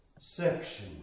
section